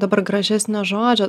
dabar gražesnio žodžio